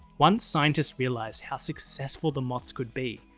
once scientists realised how successful the moth could be,